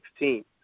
2016